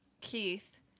Keith